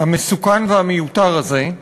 המסוכן והמיותר הזה.